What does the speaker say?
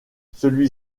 celui